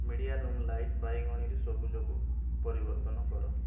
media room light ବାଇଗଣୀରୁ ସବୁଜକୁ ପରିବର୍ତ୍ତନ କର